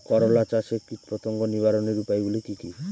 করলা চাষে কীটপতঙ্গ নিবারণের উপায়গুলি কি কী?